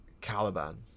Caliban